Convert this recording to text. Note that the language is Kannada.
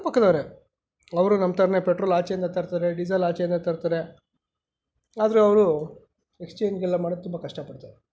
ಅಕ್ಕ ಪಕ್ಕದವ್ರೆ ಅವರು ನಮ್ಮ ಥರನೇ ಪೆಟ್ರೋಲ್ ಆಚೆಯಿಂದ ತರ್ತಾರೆ ಡಿಸೇಲ್ ಆಚೆಯಿಂದ ತರ್ತಾರೆ ಆದರೂ ಅವರು ಎಕ್ಸ್ಚೇಂಜ್ಗೆಲ್ಲ ಮಾಡೋದು ತುಂಬ ಕಷ್ಟಪಡ್ತಾರೆ